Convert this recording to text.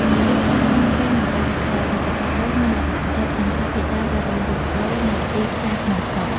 ចំពោះការនាំចេញ និងការលក់ដូរ ផលិតផលដូងមានលក្ខណៈពិសេសត្រង់ថា ភាគច្រើនត្រូវបានលក់ដូរនៅទីផ្សារក្នុងស្រុក។